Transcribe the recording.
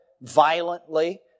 violently